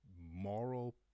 moral